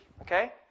okay